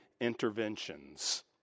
interventions